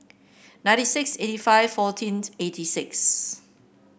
ninety six eighty five fourteenth eighty six